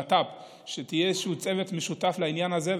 לביטחון פנים יהיה צוות משותף לעניין הזה.